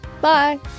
Bye